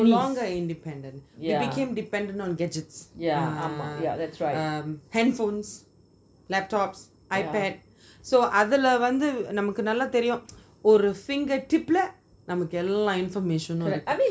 we are no longer independent we became dependent on gadgets uh um handphones laptops ipads so அதுல வந்து நம்மக்கு நல்ல தெரியும்:athula vanthu nammaku nalla teriyum old fingertip lah